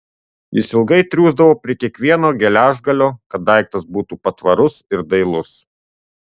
jis ilgai triūsdavo prie kiekvieno geležgalio kad daiktas būtų patvarus ir dailus